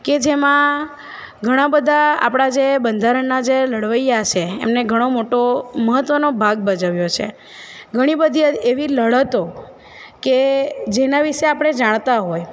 કે જેમાં ઘણાં બધાં આપણા જે બંધારણના જે લડવૈયા છે એમણે ઘણો મોટો મહત્વનો ભાગ ભજવ્યો છે ઘણી બધી એવી લડતો કે જેના વિશે આપણે જાણતા હોય